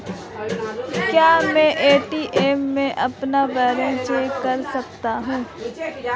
क्या मैं ए.टी.एम में अपना बैलेंस चेक कर सकता हूँ?